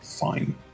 Fine